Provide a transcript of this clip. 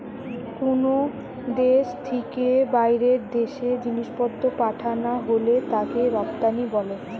কুনো দেশ থিকে বাইরের দেশে জিনিসপত্র পাঠানা হলে তাকে রপ্তানি বলে